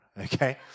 okay